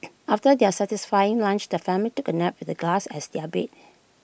after their satisfying lunch the family took A nap with the grass as their bed